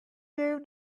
two